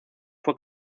fue